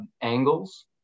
angles